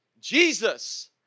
Jesus